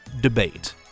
debate